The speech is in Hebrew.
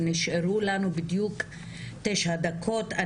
נשארו לנו בדיוק תשעה דקות.